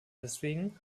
deswegen